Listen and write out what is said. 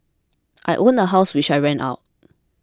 I own a house which I rent out